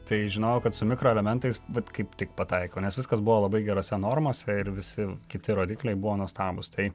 tai žinojau kad su mikroelementais vat kaip tik pataikiau nes viskas buvo labai gerose normose ir visi kiti rodikliai buvo nuostabūs tai